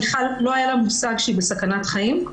למיכל לא היה לה מושג שהיא בסכנת חיים.